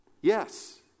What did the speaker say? Yes